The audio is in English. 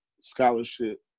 scholarship